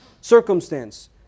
circumstance